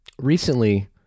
recently